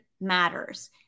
matters